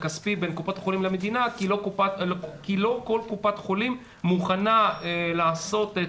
הכספי בין קופות החולים למדינה כי לא כל קופת חולים מוכנה לעשות את